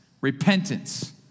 Repentance